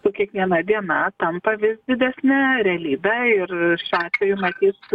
su kiekviena diena tampa vis didesne realybe ir šiuo atveju matyt